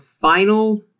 final